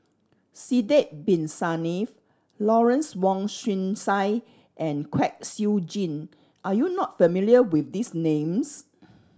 Sidek Bin Saniff Lawrence Wong Shyun Tsai and Kwek Siew Jin are you not familiar with these names